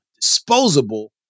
disposable